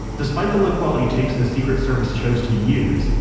despite the low quality tapes the secret service chose to use,